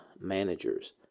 managers